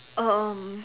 um